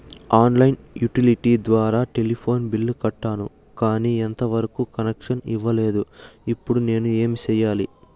On line utility ద్వారా telephone bill కట్టాను, కానీ ఎంత వరకు కనెక్షన్ ఇవ్వలేదు, ఇప్పుడు నేను ఏమి సెయ్యాలి?